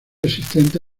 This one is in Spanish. existente